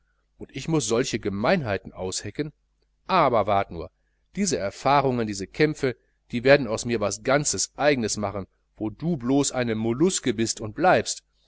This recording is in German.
und ich muß solche gemeinheiten aushecken aber wart nur diese erfahrungen diese kämpfe die werden aus mir was ganzes eigenes machen wo du blos eine molluske bist und bleibst